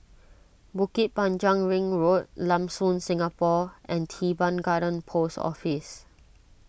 Bukit Panjang Ring Road Lam Soon Singapore and Teban Garden Post Office